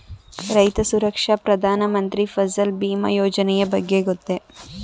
ರೈತ ಸುರಕ್ಷಾ ಪ್ರಧಾನ ಮಂತ್ರಿ ಫಸಲ್ ಭೀಮ ಯೋಜನೆಯ ಬಗ್ಗೆ ಗೊತ್ತೇ?